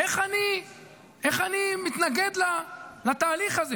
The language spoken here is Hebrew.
איך אני מתנגד לתהליך הזה?